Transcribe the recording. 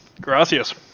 Gracias